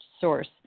source